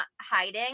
hiding